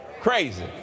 crazy